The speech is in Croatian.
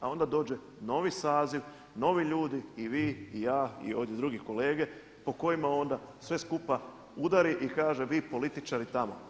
A onda dođe novi saziv, novi ljudi i vi i ja i ovdje drugi kolege po kojima onda sve skupa udari i kaže vi političari tamo.